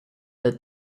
their